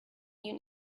you